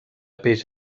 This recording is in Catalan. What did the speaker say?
peix